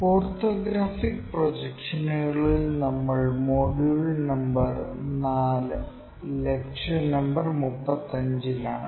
orthographic പ്രൊജക്ഷനുകളിൽ നമ്മൾ module number 4 lecture number 35 ലാണ്